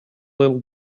little